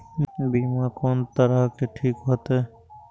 बीमा कोन तरह के ठीक होते?